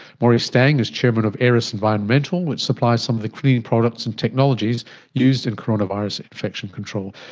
maurie stang is chairman of aeris environmental that supplies some of the cleaning products and technologies used in coronavirus infection control.